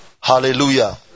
Hallelujah